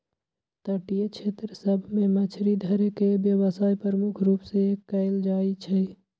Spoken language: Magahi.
तटीय क्षेत्र सभ में मछरी धरे के व्यवसाय प्रमुख रूप से कएल जाइ छइ